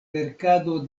verkado